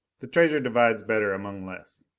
the treasure divides better among less.